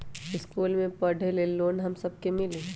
इश्कुल मे पढे ले लोन हम सब के मिली?